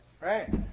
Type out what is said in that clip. Right